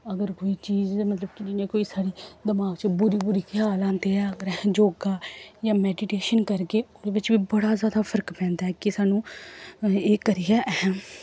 अगर कोई चीज़ जियां मतलब कि कोई साढ़ी दमाक च बुरे बुरे ख्याल आंदे ऐ अगर अस योग जां मैडिटेशन करगे ओह्दे बिच्चों बी बड़ा जादा फर्क पैंदा ऐ कि सानूं एह् करियै अस